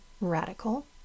radical